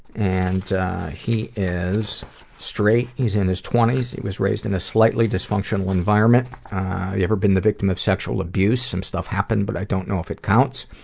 and he is straight, he's in his twenty s, was raised in a slightly dysfunctional environment. have you ever been the victim of sexual abuse? some stuff happened, but i don't know if it counts.